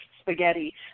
spaghetti